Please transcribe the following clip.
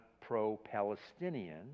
pro-Palestinian